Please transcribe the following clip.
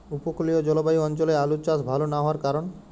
উপকূলীয় জলবায়ু অঞ্চলে আলুর চাষ ভাল না হওয়ার কারণ?